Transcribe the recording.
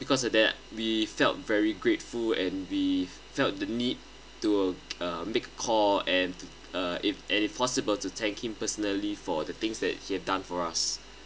because of that we felt very grateful and we felt the need to uh make a call and uh if and if possible to thank him personally for the things that he have done for us